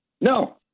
No